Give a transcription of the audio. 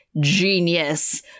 genius